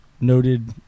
noted